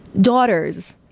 daughters